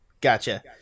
gotcha